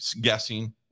guessing